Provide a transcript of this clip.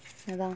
அதா:athaa